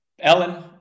Ellen